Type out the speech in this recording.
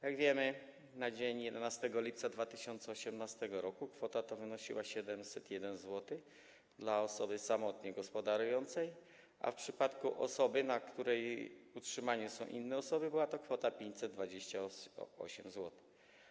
Jak wiemy, na dzień 11 lipca 2018 r. kwota ta wynosiła 701 zł dla osoby samotnej gospodarującej, a w przypadku osoby, na której utrzymaniu są inne osoby, była to kwota 528 zł.